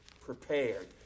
prepared